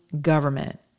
government